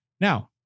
Now